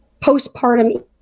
postpartum